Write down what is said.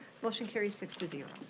motion carries six to zero.